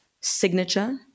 signature